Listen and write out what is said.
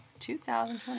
2020